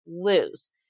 lose